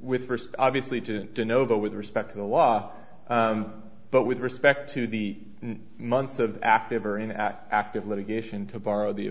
with first obviously to know that with respect to the law but with respect to the months of active or in at active litigation to borrow the